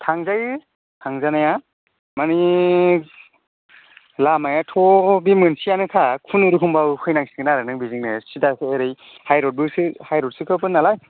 थांजायो थांजानाया मानि लामायाथ' बे मोनसेयानोखा खुनुरुखुमबाबो फैनांसिगोन आरो नों बेजोंनो सिदा फै ओरै हाइरडबोसो हाइरडसोबो खानालाय